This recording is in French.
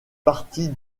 partie